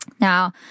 Now